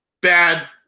bad